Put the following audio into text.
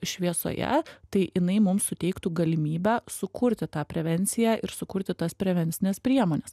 šviesoje tai jinai mums suteiktų galimybę sukurti tą prevenciją ir sukurti tas prevencines priemones